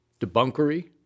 Debunkery